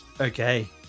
okay